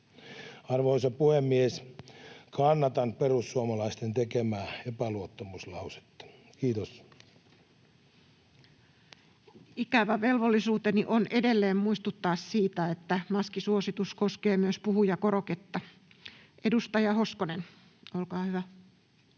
Arvoisa puhemies! Kannatan perussuomalaisten tekemää epäluottamuslausetta. — Kiitos. Ikävä velvollisuuteni on edelleen muistuttaa siitä, että maskisuositus koskee myös puhujakoroketta. — Edustaja Hoskonen, olkaa hyvä.